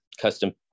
custom